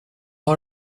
har